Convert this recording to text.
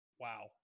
wow